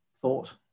thought